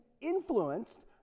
influenced